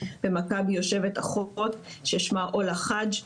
במכבי יושבת אחות ששמה עולא חאג'.